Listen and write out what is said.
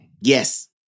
Yes